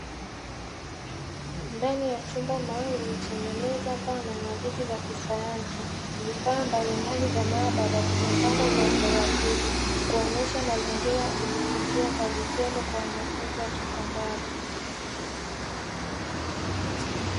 Ndani ya chumba maalumu chenye meza pana na viti vya kisayansi, vifaa mbalimbali vya maabara vimepangwa kwa utaratibu, kuonyesha mazingira ya kujifunzia kwa vitendo kwa wanafunzi wa sekondari.